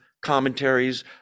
Commentaries